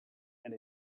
and